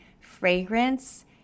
fragrance